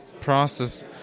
process